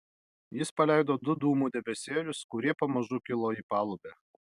jis paleido du dūmų debesėlius kurie pamažu kilo į palubę